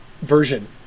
version